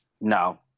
No